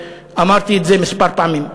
ואמרתי את זה כמה פעמים?